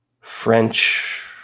French